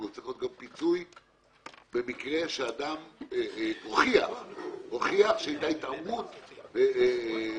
צריך להיות גם פיצוי במקרה שאדם הוכיח שהייתה התערבות לא נכונה.